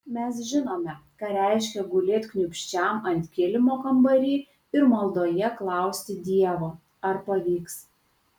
mes žinome ką reiškia gulėt kniūbsčiam ant kilimo kambary ir maldoje klausti dievo ar pavyks